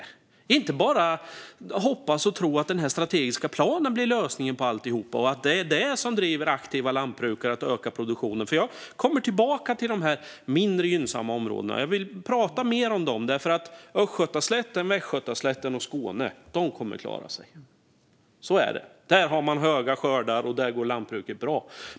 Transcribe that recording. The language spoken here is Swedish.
Man kan inte bara hoppas och tro att den strategiska planen blir lösningen på alltihop och att det är den som driver aktiva lantbrukare att öka produktionen. Jag kommer tillbaka till de mindre gynnsamma områdena, för jag vill prata mer om dem. Östgötaslätten, Västgötaslätten och Skåne kommer att klara sig; så är det. Där har man höga skördar, och där går lantbruket bra.